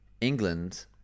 England